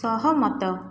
ସହମତ